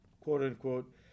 quote-unquote